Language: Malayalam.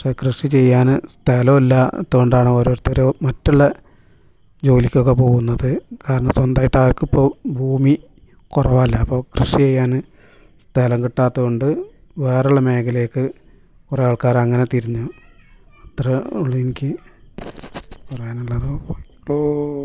പക്ഷേ കൃഷി ചെയ്യാന് സ്ഥലമില്ലാത്തത് കൊണ്ടാണ് ഓരോര്ത്തര് മറ്റുള്ള ജോലിക്കൊക്കെ പോകുന്നത് കാരണം സ്വന്തമായിട്ട് ആർക്കുമിപ്പോൾ ഭൂമി കുറവല്ലെ അപ്പോൾ കൃഷി ചെയ്യാന് സ്ഥലം കിട്ടാത്തതുകൊണ്ട് വേറെ ഉള്ള മേഖലയിലേക്ക് കുറെ ആൾക്കാര് അങ്ങനെ തിരിഞ്ഞു അത്രെ ഉള്ളു എനിക്ക് പറയാനുള്ളത് അപ്പോൾ